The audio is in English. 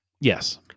Yes